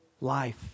life